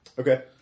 Okay